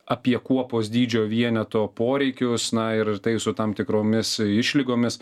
apie kuopos dydžio vieneto poreikius na ir tai su tam tikromis išlygomis